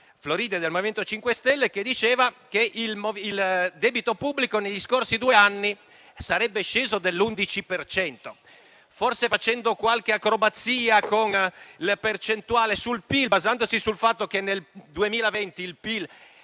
dire che il debito pubblico negli scorsi due anni sarebbe sceso dell'11 per cento, forse facendo qualche acrobazia con la percentuale sul PIL, basandosi sul fatto che nel 2020 il